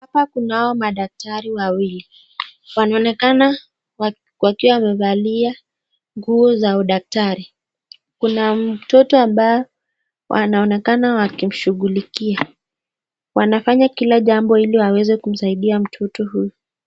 Hapa kunao madaktari wawili wanaonekana wakiwa wamevalia nguo za udaktari kuna mtoto ambaye wanaonekana waki mshugulikia wanafanya kila jambo ili waweze kusaidia mtoto huyu.